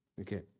Okay